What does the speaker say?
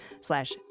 slash